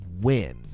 win